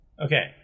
Okay